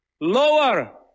Lower